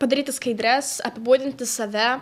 padaryti skaidres apibūdinti save